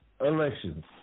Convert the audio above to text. elections